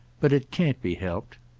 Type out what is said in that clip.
but it can't be helped.